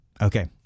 Okay